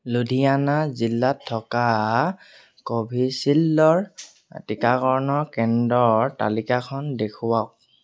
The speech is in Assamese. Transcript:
লুধিয়ানা জিলাত থকা কোভিচিল্ডৰ টিকাকৰণৰ কেন্দ্ৰৰ তালিকাখন দেখুৱাওক